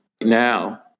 now